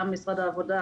גם משרד העבודה,